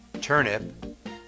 turnip